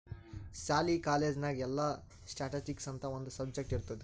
ಸಾಲಿ, ಕಾಲೇಜ್ ನಾಗ್ ಎಲ್ಲಾ ಸ್ಟ್ಯಾಟಿಸ್ಟಿಕ್ಸ್ ಅಂತ್ ಒಂದ್ ಸಬ್ಜೆಕ್ಟ್ ಇರ್ತುದ್